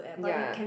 ya